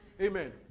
Amen